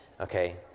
Okay